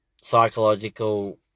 psychological